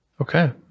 Okay